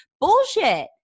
Bullshit